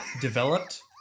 developed